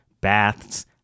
baths